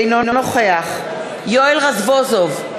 אינו נוכח יואל רזבוזוב,